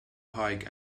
pike